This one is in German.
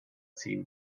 ziehen